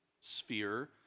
sphere